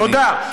תודה.